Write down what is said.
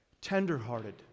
tender-hearted